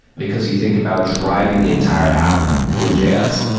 because you think about driving the entire app with js.